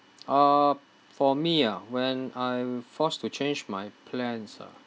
uh for me ah when I'm forced to change my plans ah